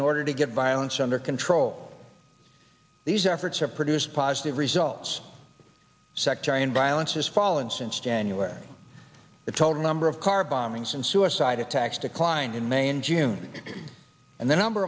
in order to get violence under control these efforts have produced positive results sectarian violence has fallen since january it told a number of car bombings and suicide attacks declined in may and june and the number